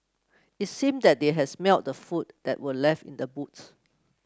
it seemed that they had smelt the food that were left in the boot